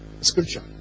Scripture